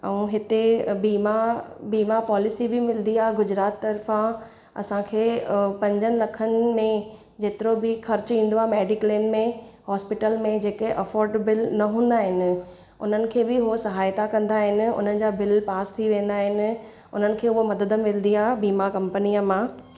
ऐं हिते बीमा बीमा पॉलिसी बि मिलंदी आहे गुजरात तर्फ़ा असांखे अ पंजनि लखनि में जेतिरो बि ख़र्चु ईंदो आहे मैडिक्लेम में हॉस्पिटल में जेके अफ़ॉर्डेबिल न हूंदा आहिनि उन्हनि खे बि उहे सहायता कंदा आहिनि उन्हनि जा बिल पास थी वेंदा आहिनि उन्हनि खे उहो मदद मिलंदी आहे बीमा कंपनीअ मां